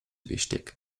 wichtig